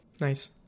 Nice